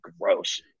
Gross